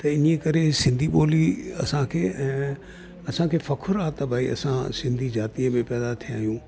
त इन्हीअ करे सिंधी ॿोली असांखे अं असांखे फ़कुर आ्हे त भाई असां सिंधी जातिअ में पैदा थिया आहियूं